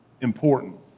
important